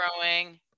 growing